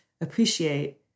appreciate